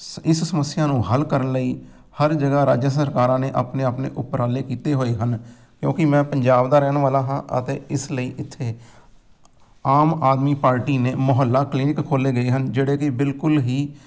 ਇਸ ਸਮੱਸਿਆ ਨੂੰ ਹੱਲ ਕਰਨ ਲਈ ਹਰ ਜਗ੍ਹਾ ਰਾਜ ਸਰਕਾਰਾਂ ਨੇ ਆਪਣੇ ਆਪਣੇ ਉਪਰਾਲੇ ਕੀਤੇ ਹੋਏ ਹਨ ਕਿਉਂਕਿ ਮੈਂ ਪੰਜਾਬ ਦਾ ਰਹਿਣ ਵਾਲਾ ਹਾਂ ਅਤੇ ਇਸ ਲਈ ਇੱਥੇ ਆਮ ਆਦਮੀ ਪਾਰਟੀ ਨੇ ਮੁਹੱਲਾ ਕਲੀਨਿਕ ਖੋਲ੍ਹੇ ਗਏ ਹਨ ਜਿਹੜੇ ਕਿ ਬਿਲਕੁਲ ਹੀ